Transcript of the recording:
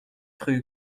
rue